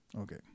Okay